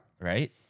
right